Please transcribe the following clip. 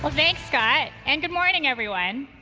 um thanks scott, and good morning everyone.